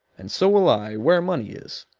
and so will i, where money is